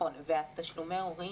ותשלומי ההורים?